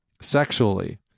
sexually